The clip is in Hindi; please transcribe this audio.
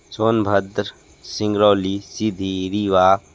सोनभद्र सिंगरौली सीधी रीवा